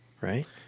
right